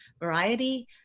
Variety